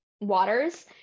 waters